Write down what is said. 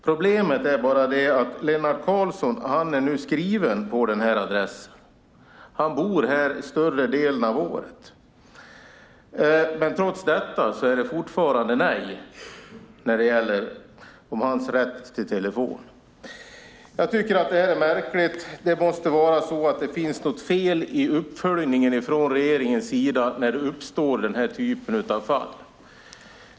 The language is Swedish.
Problemet är bara att Lennart Karlsson är skriven på den här adressen. Han bor där under större delen av året. Men trots detta är det fortfarande nej när det gäller hans rätt till telefon. Detta är märkligt. Det måste vara något fel i uppföljningen från regeringens sida när det uppstår den här typen av fall.